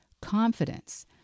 confidence